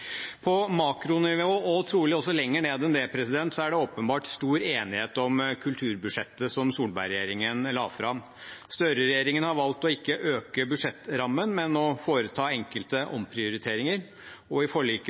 På makronivå, og trolig også lenger ned enn det, er det åpenbart stor enighet om kulturbudsjettet som Solberg-regjeringen la fram. Støre-regjeringen har valgt å ikke øke budsjettrammen, men å foreta enkelte omprioriteringer, og i forliket